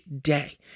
day